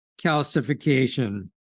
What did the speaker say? calcification